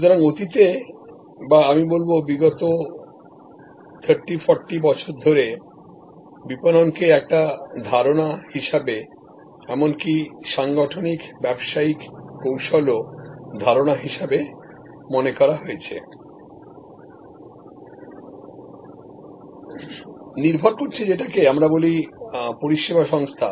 সুতরাং অতীতে বা আমি বলব বিগত 30 40 বছর ধরে আমরা যদি মার্কেটিং এমনকি সাংগঠনিক ব্যবসায়িক স্ট্র্যাটেজির কনসেপ্ট দেখি নির্ভর করেছে যেটাকে আমরা বলি পরিষেবা সংস্থা